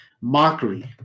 Mockery